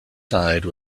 side